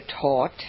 taught